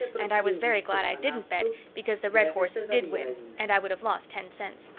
and i was very glad i didn't bet, because the red horse did win, and i would have lost ten cents.